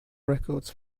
records